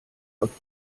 auf